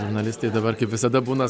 žurnalistai dabar kaip visada būnas